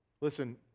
Listen